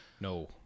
No